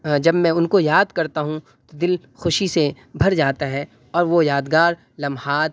جب میں ان کو یاد کرتا ہوں تو دل خوشی سے بھر جاتا ہے اور وہ یادگار لمحات